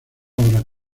obras